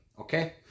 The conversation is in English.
okay